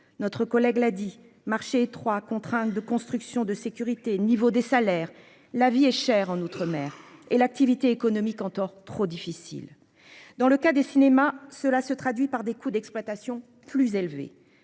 notre collègue lady marcher trois contraint de construction de sécurité niveau des salaires, la vie est chère en outre-mer et l'activité économique en tort trop difficile. Dans le cas des cinémas. Cela se traduit par des coûts d'exploitation plus élevés.